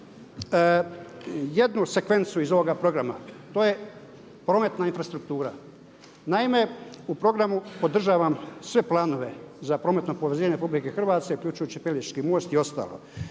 jednu sekvencu iz ovoga programa. To je prometna infrastruktura. Naime, u programu podržavam sve planove za prometno povezivanje RH uključujući i Pelješki most i ostalo.